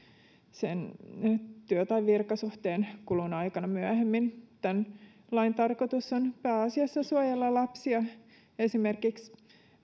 sen työ tai virkasuhteen kulun aikana myöhemmin tämän lain tarkoitus on pääasiassa suojella lapsia esimerkiksi